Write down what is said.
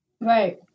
Right